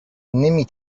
نمی